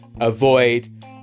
avoid